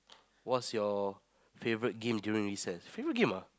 what's your favourite game during recces favourite game ah